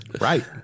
Right